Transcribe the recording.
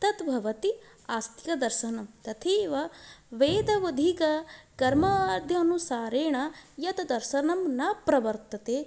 तत् भवति आस्तिकदर्शनं तथैव वेदवदीत कर्माद्यनुसारेण यत दर्शनं न प्रवर्तते